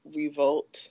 revolt